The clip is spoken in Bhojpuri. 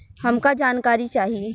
हमका जानकारी चाही?